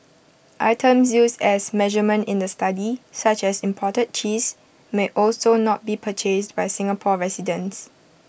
items used as A measurement in the study such as imported cheese may also not be purchased by Singapore residents